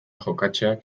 jokatzeak